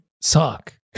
suck